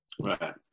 right